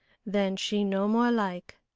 then she no more like.